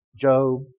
Job